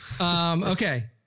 Okay